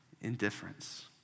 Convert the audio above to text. indifference